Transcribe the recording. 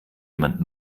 jemand